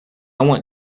want